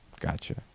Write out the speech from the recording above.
Gotcha